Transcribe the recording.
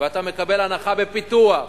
ואתה מקבל הנחה בפיתוח.